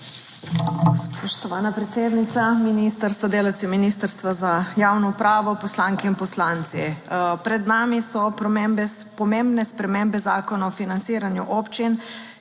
Spoštovana predsednica, minister s sodelavci Ministrstva za javno upravo, poslanke in poslanci! Pred nami so pomembne spremembe Zakona o financiranju občin,